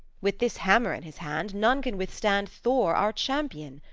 with this hammer in his hand none can withstand thor, our champion.